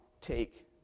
take